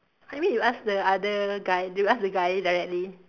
you mean you ask the other guy you ask the guy directly